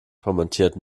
kommentiert